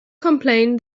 complain